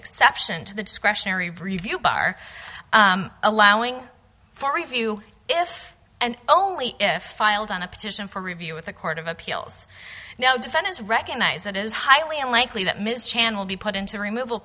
exception to the discretionary review bar allowing for review if and only if filed on a petition for review with a court of appeals now defendant's recognise that is highly unlikely that ms channel be put into removal